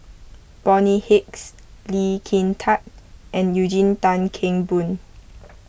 Bonny Hicks Lee Kin Tat and Eugene Tan Kheng Boon